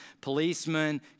policemen